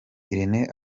irene